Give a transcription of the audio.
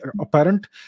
apparent